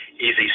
easy